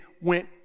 went